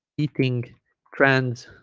eating trends